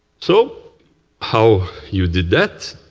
so how you did that,